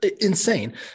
insane